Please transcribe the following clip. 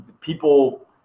People